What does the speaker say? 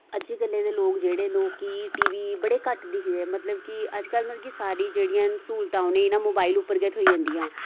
अज्जै कल्लै दे लोग जेह्ड़े न ओह् कि टीवी बड़े घट्ट दिखदे मतलब कि अज्जकल मतलब कि सारी जेह्ड़ियां न स्हूलतां उनेंई न मोबाइल उप्पर गै थ्होई जंदियां